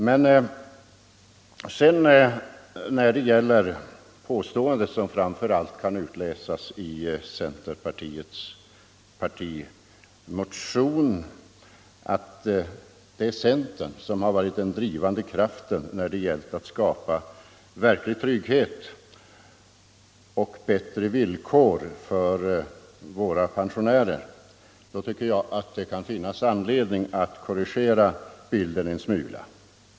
Men när det gäller det påstående som framför allt kan utläsas i centerpartiets partimotion, att det är centern som har varit den drivande kraften när det gällt att skapa verklig trygghet och bättre villkor för våra pensionärer, anser jag att det kan finnas anledning att korrigera bilden en smula.